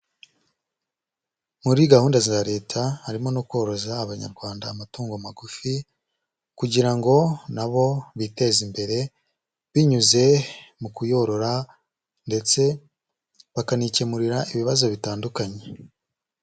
Muri gahunda za leta harimo no koroza abanyarwanda amatungo magufi kugira ngo na bo biteze imbere binyuze mu kuyorora ndetse bakanikemurira ibibazo bitandukanye.